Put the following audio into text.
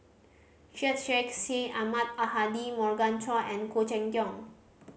Syed Sheikh Syed Ahmad Al Hadi Morgan Chua and Khoo Cheng Tiong